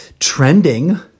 Trending